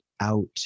out